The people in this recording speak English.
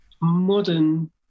modern